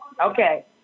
Okay